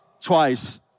twice